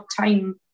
time